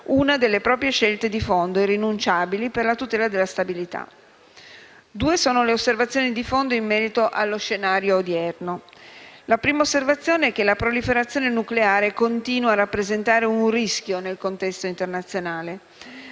una delle proprie scelte di fondo irrinunciabili per la tutela della stabilità. Due sono le osservazioni di fondo in merito allo scenario odierno. La prima è che la proliferazione nucleare continua a rappresentare un rischio nel contesto internazionale: